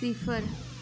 सिफर